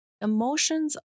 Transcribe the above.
emotions